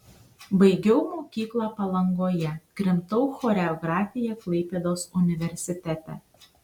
baigiau mokyklą palangoje krimtau choreografiją klaipėdos universitete